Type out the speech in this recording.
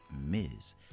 Ms